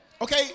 okay